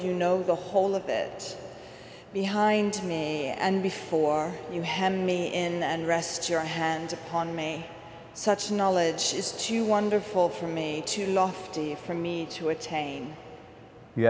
you know the whole of it behind me and before you hand me in and rest your hands upon me such knowledge is too wonderful for me too lofty for me to attain you